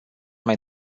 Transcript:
mai